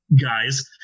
guys